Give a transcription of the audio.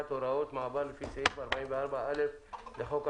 הוראות המעבר לפי סעיף 44(א) לחוק),